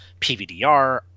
PVDR